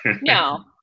No